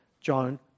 John